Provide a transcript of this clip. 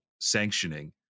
sanctioning